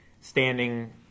standing